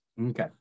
Okay